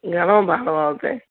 घणो भाड़ो आहे हुते